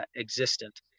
existent